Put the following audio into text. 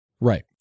Right